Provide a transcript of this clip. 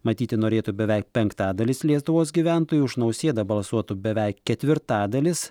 matyti norėtų beveik penktadalis lietuvos gyventojų už nausėdą balsuotų beveik ketvirtadalis